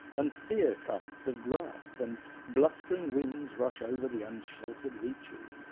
and sere tufts of grass and blustering winds rush over the unsheltered reaches,